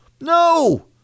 No